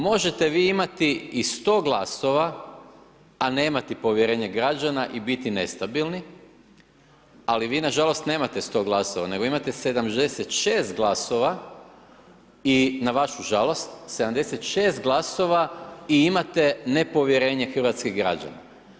Možete vi imati i sto glasova, a nemati povjerenje građana i biti nestabilni, ali vi nažalost nemate sto glasova, nego imate 76 glasova i na vašu žalost, 76 glasova i imate nepovjerenje hrvatskih građana.